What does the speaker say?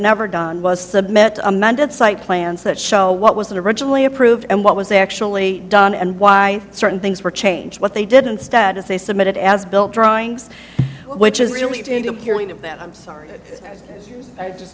never done was submit amended site plans that show what was originally approved and what was actually done and why certain things were changed what they didn't status they submitted as built drawings which is really to clearly do that i'm sorry i just